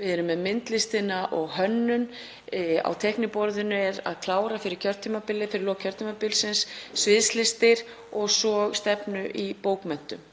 við erum með myndlistina og hönnun og á teikniborðinu er að klára fyrir lok kjörtímabilsins sviðslistir og svo stefnu í bókmenntum.